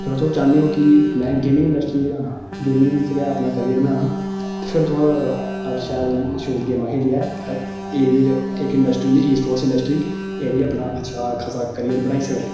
अगर तुस चाह्न्ने ओ कि में गेमिंग इंडस्ट्री च गै आना गेमिंग च गै अपना कैरियर बनाना ते फिर तुस शैल शूल गेमां खेलियै एह्दे च इक इंडस्ट्री होंदी ई स्पोर्टस इंडस्ट्री एह्दे च अपना अच्छा खासा कैरियर बनाई सकने